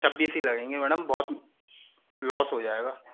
छब्बीस ही लगेंगे मैडम बहुत लॉस हो जाएगा